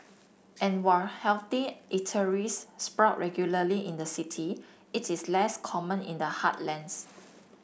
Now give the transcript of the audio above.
and while healthy eateries sprout regularly in the city it is less common in the heartlands